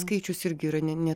skaičius irgi yra ne ne